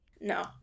No